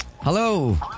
Hello